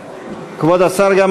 כבוד השר גם